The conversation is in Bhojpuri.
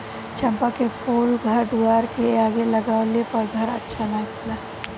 चंपा के फूल घर दुआर के आगे लगावे से घर अच्छा लागेला